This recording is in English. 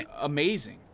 amazing